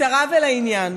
קצרה ולעניין,